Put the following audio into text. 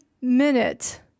minute